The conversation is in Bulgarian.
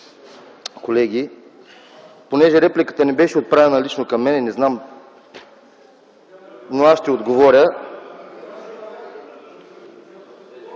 колеги, понеже репликата не беше отправена лично към мен, не знам ..., но аз ще отговоря.